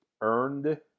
earned